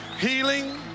healing